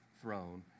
throne